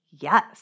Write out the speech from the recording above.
Yes